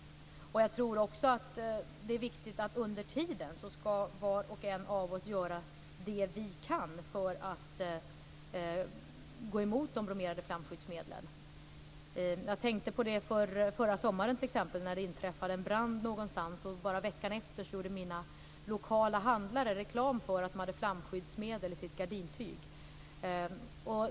Det är också viktigt att var och en av oss under tiden gör det vi kan för att gå emot de bromerade flamskyddsmedlen. Jag tänkte på det t.ex. förra sommaren när det inträffade en brand någonstans. Bara veckan därefter gjorde mina lokala handlare reklam för att de hade flamskyddsmedel i sitt gardintyg.